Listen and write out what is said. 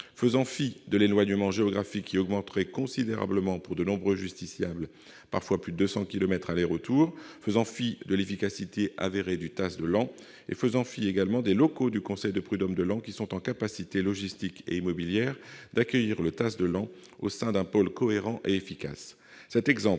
ainsi fi de l'éloignement géographique qui augmenterait considérablement pour de nombreux justiciables- parfois plus de 200 kilomètres aller-retour -, de l'efficacité avérée du TASS de Laon, et des locaux du conseil de prud'hommes de Laon, qui ont la capacité logistique et immobilière d'accueillir le TASS de Laon au sein d'un pôle cohérent et efficace.